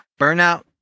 Burnout